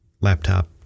laptop